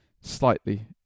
slightly